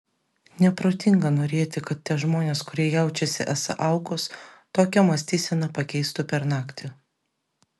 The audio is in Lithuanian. neprotinga norėti kad tie žmonės kurie jaučiasi esą aukos tokią mąstyseną pakeistų per naktį